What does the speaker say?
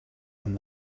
and